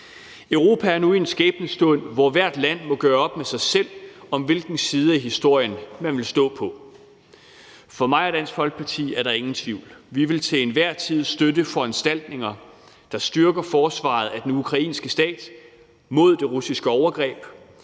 Europa er nu i en skæbnestund, hvor hvert land må gøre op med sig selv, hvilken side af historien man vil stå på. For mig og Dansk Folkeparti er der ingen tvivl. Vi vil til enhver tid støtte foranstaltninger, der styrker forsvaret af den ukrainske stat mod det russiske overgreb.